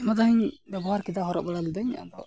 ᱟᱭᱢᱟ ᱫᱷᱟᱣᱤᱧ ᱵᱮᱵᱚᱦᱟᱨ ᱠᱮᱫᱟ ᱦᱚᱨᱚᱜᱵᱟᱲᱟ ᱞᱮᱫᱟᱹᱧ